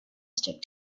stick